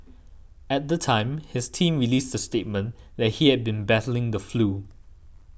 at the time his team released a statement that he had been battling the flu